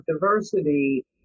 diversity